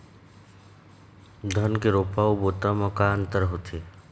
धन के रोपा अऊ बोता म का अंतर होथे?